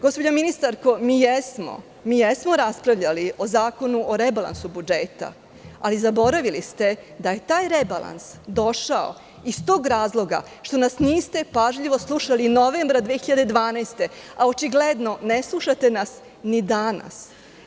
Gospođo ministarko, mi jesmo raspravljali o Zakonu o rebalansu budžeta, ali zaboravili ste da je taj rebalans došao iz tog razloga što nas niste pažljivo slušali novembra 2012. godine, a očigledno ne slušate nas ni danas.